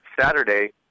Saturday